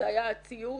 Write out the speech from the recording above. הציוד.